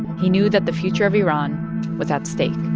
he knew that the future of iran was at stake